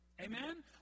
Amen